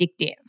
addictive